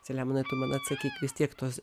saliamonai tu man atsakyk vis tiek tos